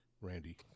Randy